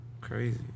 crazy